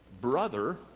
brother